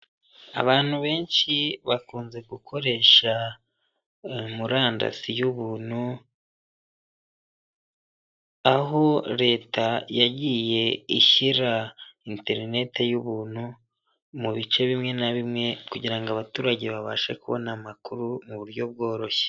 Abantu benshi bakunze gukoresha murandasi y'ubuntu, aho Leta yagiye ishyira enterineti y'ubuntu, mu bice bimwe na bimwe kugirango ngo abaturage babashe kubona amakuru mu buryo bworoshye.